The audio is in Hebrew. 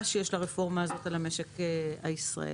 שיש לרפורמה הזאת על המשק הישראלי.